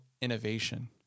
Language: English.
innovation